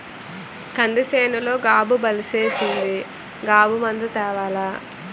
కంది సేనులో గాబు బలిసీసింది గాబు మందు తేవాల